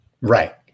Right